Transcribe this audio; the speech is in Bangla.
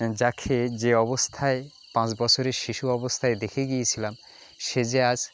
যাকে যে অবস্থায় পাঁচ বছরের শিশু অবস্থায় দেখে গিয়েছিলাম সে যে আজ